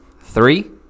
Three